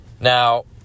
Now